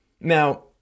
Now